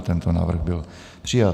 Tento návrh byl přijat.